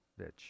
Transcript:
bitch